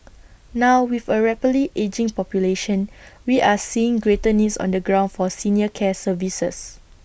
now with A rapidly ageing population we are seeing greater needs on the ground for senior care services